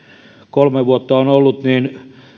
kolme vuotta olen ollut niin